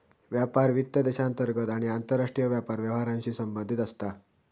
व्यापार वित्त देशांतर्गत आणि आंतरराष्ट्रीय व्यापार व्यवहारांशी संबंधित असता